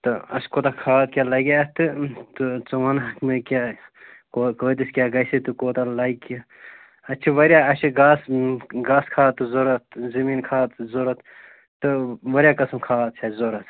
تہٕ اَسہِ کوتاہ کھاد کیٛاہ لگہِ اَتھ تہٕ ژٕ وَنٕہَکھ مےٚ کیٛاہ کٕتِس کیٛاہ گَژھِ تہٕ کوتاہ لگہِ اَسہِ چھِ وارِیاہ اَسہِ چھِ گاسہٕ گاسہٕ کھاتہٕ ضروٗرت زمیٖن کھاتہٕ ضروٗرت تہٕ وارِیاہ قٕسٕم کھاد چھِ اَسہِ ضروٗرت